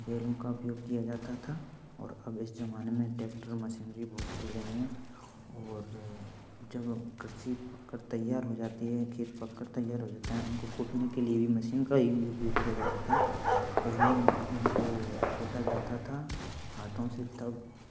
बैलों का उपयोग किया जाता था और अब इस जमाने में ट्रैक्टर मशीनरी बहुत चल रही हैं और जब कृषि पक कर तैयार हो जाती है खेत पक कर तैयार हो जाता है उनको कूटने के लिए भी मशीन का ही उपयोग किया जाता था पहले उनको कूटा जाता था हाथों से तब